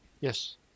yes